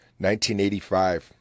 1985